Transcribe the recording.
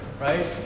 right